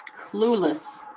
Clueless